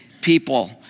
people